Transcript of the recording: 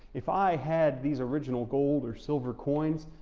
if i had these original gold or silver coins,